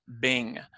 Bing